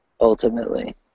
ultimately